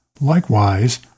Likewise